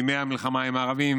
"בימי המלחמה עם הערבים,